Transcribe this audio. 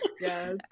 Yes